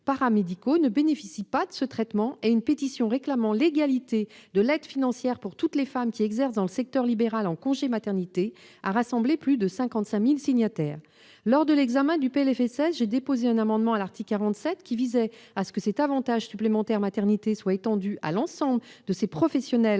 ne bénéficient pas de ce traitement. Une pétition réclamant l'« égalité de l'aide financière pour toutes les femmes qui exercent dans le secteur libéral en congé maternité » a rassemblé plus de 55 000 signataires. Lors de l'examen du PLFSS pour 2019, j'ai déposé un amendement à l'article 47 visant à ce que cet avantage supplémentaire maternité soit étendu à l'ensemble de ces professionnelles